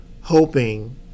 hoping